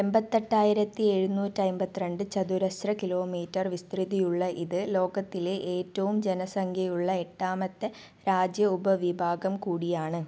എൺപത്തെട്ടായിരത്തി എഴുന്നൂറ്റി അൻപത്തി രണ്ട് ചതുരശ്ര കിലോമീറ്റർ വിസ്തൃതിയുള്ള ഇത് ലോകത്തിലെ ഏറ്റവും ജനസംഖ്യയുള്ള എട്ടാമത്തെ രാജ്യ ഉപവിഭാഗം കൂടിയാണ്